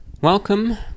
welcome